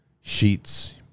sheets